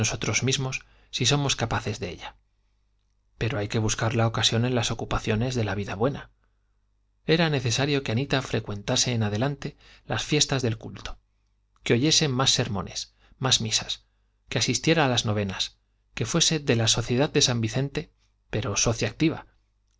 nosotros mismos si somos capaces de ella pero hay que buscar la ocasión en las ocupaciones de la vida buena era necesario que anita frecuentase en adelante las fiestas del culto que oyese más sermones más misas que asistiera a las novenas que fuese de la sociedad de san vicente pero socia activa